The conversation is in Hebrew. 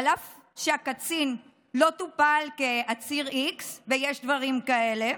אף שהקצין לא טופל כעציר x, ויש דברים כאלה,